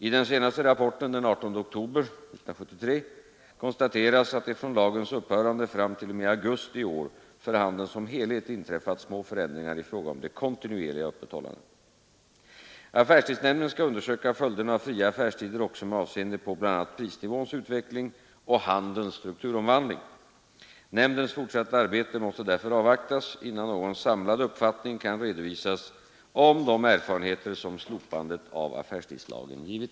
I den senaste rapporten den 18 oktober 1973 konstateras att det från lagens upphörande fram t.o.m. augusti i år för handeln som helhet inträffat små förändringar i fråga om det kontinuerliga öppethållandet. Affärstidsnämnden skall undersöka följderna av fria affärstider också med avseende på bl.a. prisnivåns utveckling och handelns strukturomvandling. Nämndens fortsatta arbete måste därför avvaktas innan någon samlad uppfattning kan redovisas om de erfarenheter som slopandet av affärstidslagen givit.